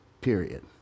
period